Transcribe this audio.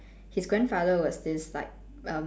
his grandfather was this like um